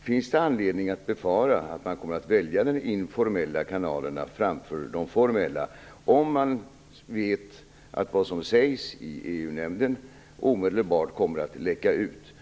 finns det anledning att befara att man kommer att välja de informella kanalerna framför de formella, om man vet att vad som sägs i EU-nämnden omedelbart kommer att läcka ut.